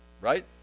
Right